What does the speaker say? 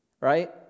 Right